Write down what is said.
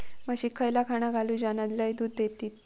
म्हशीक खयला खाणा घालू ज्याना लय दूध देतीत?